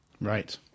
Right